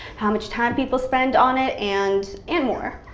how much time people spend on it, and. and more.